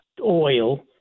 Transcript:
oil